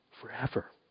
Forever